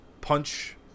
punch